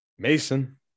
Mason